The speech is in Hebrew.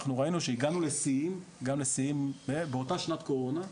אנחנו ראינו כשהגענו לשיאים, באותה שנת קורונה,